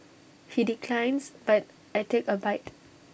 he declines but I take A bite